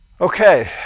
Okay